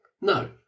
No